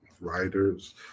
writers